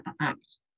act